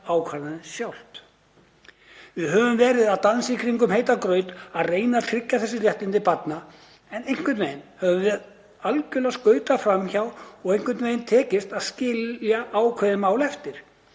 Við höfum verið að dansa í kringum heitan graut við að reyna að tryggja þessi réttindi barna en einhvern veginn höfum við algjörlega skautað fram hjá og tekist að skilja ákveðin mál eftir.